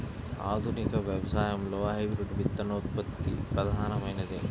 ఆధునిక వ్యవసాయంలో హైబ్రిడ్ విత్తనోత్పత్తి ప్రధానమైనది